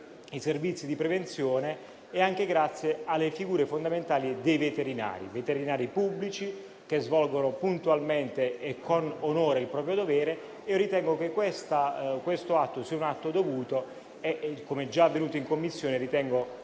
ai servizi di prevenzione e alle figure fondamentali dei veterinari pubblici, che svolgono puntualmente e con onore il proprio dovere. Ritengo che questo sia un atto dovuto e, come già avvenuto in Commissione,